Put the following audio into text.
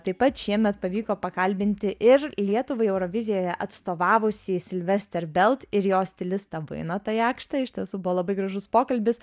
taip pat šiemet pavyko pakalbinti ir lietuvai eurovizijoje atstovavusį silvester belt ir jo stilistą vainotą jakštą iš tiesų buvo labai gražus pokalbis